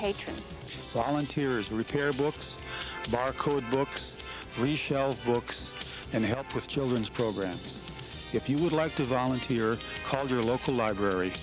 tears repair books barcode books reshelve books and help with children's programs if you would like to volunteer call your local library